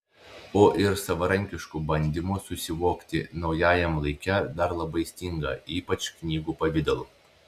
o ir savarankiškų bandymų susivokti naujajam laike dar labai stinga ypač knygų pavidalu